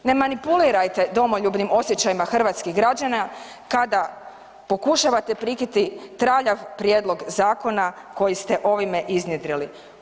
Ne manipulirajte domoljubnim osjećajima hrvatskih građana kada pokušavate prikriti traljav prijedlog zakona koji ste ovime iznjedrili.